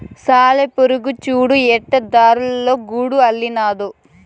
సాలెపురుగు చూడు ఎట్టా దారాలతో గూడు అల్లినాదో